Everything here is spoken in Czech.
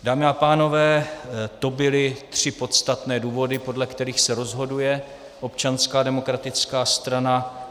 Dámy a pánové, to byly tři podstatné důvody, podle kterých se rozhoduje Občanská demokratická strana.